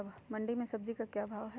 मंडी में सब्जी का क्या भाव हैँ?